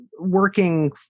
working